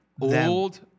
Old